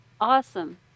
Awesome